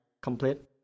complete